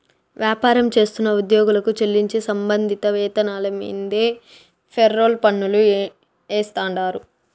వ్యాపారం చేస్తున్న ఉద్యోగులకు చెల్లించే సంబంధిత వేతనాల మీన్దే ఫెర్రోల్ పన్నులు ఏస్తాండారు